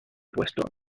puesto